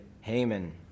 Haman